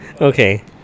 Okay